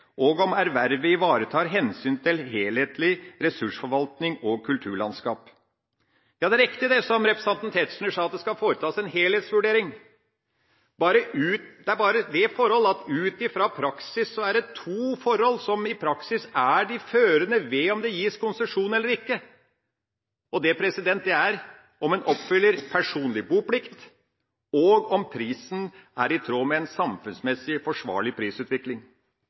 og om ervervet ivaretar hensyn til helhetlig ressursforvaltning og kulturlandskap. Det er riktig, som representanten Tetzschner sa, at det skal foretas en helhetsvurdering. Det er bare det at i praksis er det to forhold som er førende ved om det gis konsesjon eller ikke. Det er om en oppfyller personlig boplikt og om prisen er i tråd med en samfunnsmessig forsvarlig prisutvikling.